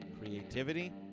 Creativity